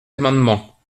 amendement